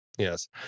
Yes